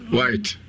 White